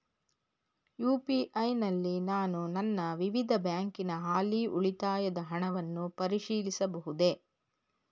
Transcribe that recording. UPI ನಲ್ಲಿ ನಾನು ನನ್ನ ವಿವಿಧ ಬ್ಯಾಂಕಿನ ಹಾಲಿ ಉಳಿತಾಯದ ಹಣವನ್ನು ಪರಿಶೀಲಿಸಬಹುದೇ?